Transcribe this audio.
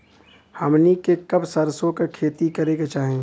हमनी के कब सरसो क खेती करे के चाही?